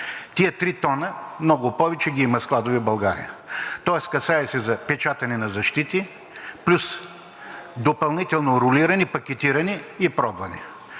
тези три тона и много повече ги имат складове в България. Тоест касае се за печатане на защити плюс допълнително ролиране, пакетиране и пробване.